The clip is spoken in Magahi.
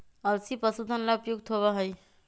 अलसी पशुधन ला उपयुक्त होबा हई